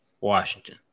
Washington